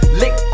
lick